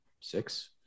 six